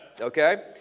okay